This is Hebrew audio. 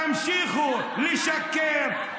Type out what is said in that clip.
תמשיכו לשקר,